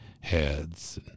heads